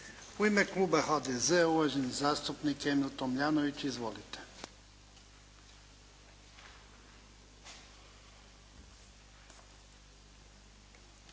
U ime kluba HDZ-a, uvaženi zastupnik Emil Tomljanović. Izvolite.